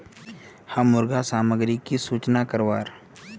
हम मुर्गा सामग्री की सूचना करवार?